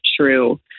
true